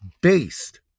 based